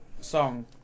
song